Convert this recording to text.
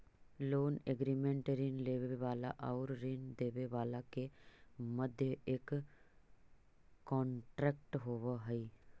loan agreement ऋण लेवे वाला आउर ऋण देवे वाला के मध्य एक कॉन्ट्रैक्ट होवे हई